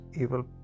evil